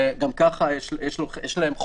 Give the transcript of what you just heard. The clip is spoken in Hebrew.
כשגם כך יש לו חוסר.